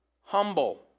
humble